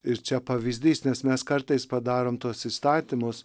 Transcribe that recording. ir čia pavyzdys nes mes kartais padarom tuos įstatymus